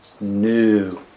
new